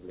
Om